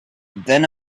than